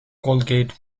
colgate